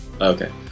Okay